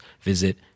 visit